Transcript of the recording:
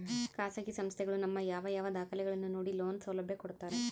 ಖಾಸಗಿ ಸಂಸ್ಥೆಗಳು ನಮ್ಮ ಯಾವ ಯಾವ ದಾಖಲೆಗಳನ್ನು ನೋಡಿ ಲೋನ್ ಸೌಲಭ್ಯ ಕೊಡ್ತಾರೆ?